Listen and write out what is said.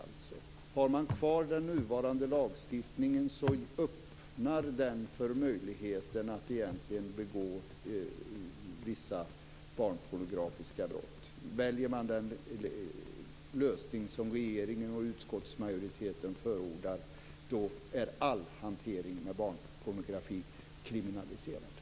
Om man har kvar den nuvarande lagstiftningen öppnar den för möjligheten att begå vissa barnpornografiska brott. Väljer man den lösning som regeringen och utskottsmajoriteten förordar är all hantering med barnpornografi kriminaliserad.